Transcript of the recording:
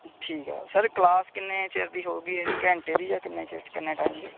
ਠੀਕ ਆ sir class ਕਿੰਨੇ ਚਿਰ ਦੀ ਹੋਊਗੀ ਇਹਦੀ ਘੰਟੇ ਦੀ ਜਾਂ ਕਿੰਨੇ ਚਿਰ ਕਿੰਨੇ ਟਾਈਮ ਦੀ